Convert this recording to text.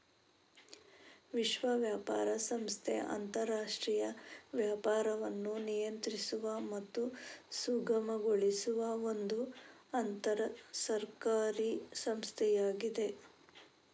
ವಿಶ್ವ ವ್ಯಾಪಾರ ಸಂಸ್ಥೆ ಅಂತರಾಷ್ಟ್ರೀಯ ವ್ಯಾಪಾರವನ್ನು ನಿಯಂತ್ರಿಸುವ ಮತ್ತು ಸುಗಮಗೊಳಿಸುವ ಒಂದು ಅಂತರ ಸರ್ಕಾರಿ ಸಂಸ್ಥೆಯಾಗಿದೆ